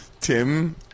Tim